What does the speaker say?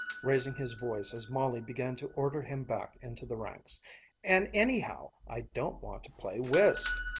raising his voice as molly began to order him back into the ranks and, anyhow, i don't want to play whist!